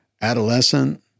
adolescent